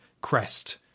Crest